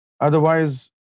Otherwise